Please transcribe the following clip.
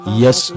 yes